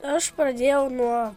aš pradėjau nuo